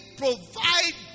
provide